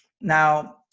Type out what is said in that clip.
Now